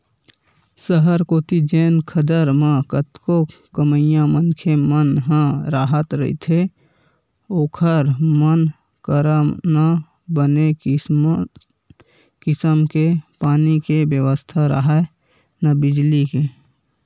सहर कोती जेन खदर म कतको कमइया मनखे मन ह राहत रहिथे ओखर मन करा न बने किसम के पानी के बेवस्था राहय, न बिजली के